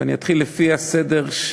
ואני אתחיל לפי הסדר,